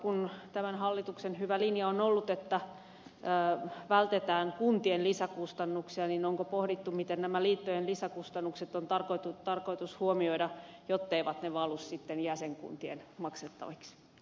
kun tämän hallituksen hyvä linja on ollut että vältetään kuntien lisäkustannuksia niin onko pohdittu miten nämä liittojen lisäkustannukset on tarkoitus huomioida jotteivät ne valu sitten jäsenkuntien maksettaviksi